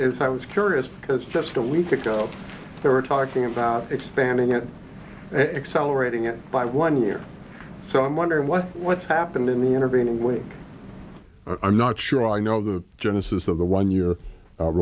is i was curious because just a week ago there were talking about expanding at an accelerating it by one year so i'm wondering what what's happened in the intervening week i'm not sure i know the genesis of the one year